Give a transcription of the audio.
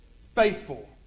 Faithful